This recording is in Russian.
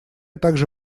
также